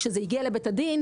אבל כשזה הגיע לבית הדין,